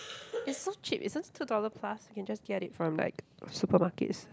it's so cheap it's just two dollar plus you can just get it from like supermarkets